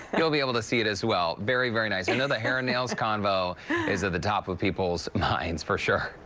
you will be able to see it as well. very, very nice. you know the hair and nails combo is at the top of people's mind, for sure.